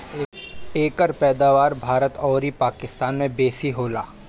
एकर पैदावार भारत अउरी पाकिस्तान में बेसी होला